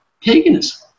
paganism